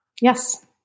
Yes